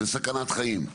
זה סכנת חיים.